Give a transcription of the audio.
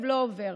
הכאב לא עובר,